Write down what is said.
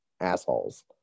assholes